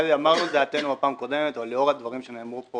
אמרנו את דעתנו בפעם הקודמת אבל לאור הדברים שנאמרו פה,